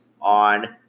on